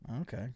Okay